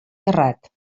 terrat